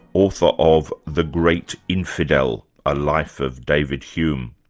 author of the great infidel a life of david hume.